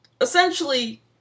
essentially